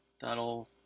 That'll